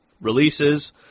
releases